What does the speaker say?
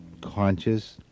conscious